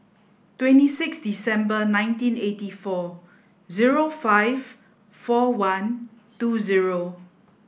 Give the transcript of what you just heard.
twenty six December nineteen eighty four zero five four one two zero